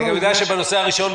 בגלל שבנושא הראשון,